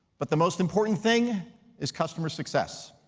but the most important thing is customer success.